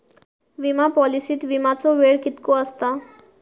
विमा पॉलिसीत विमाचो वेळ कीतको आसता?